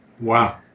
wow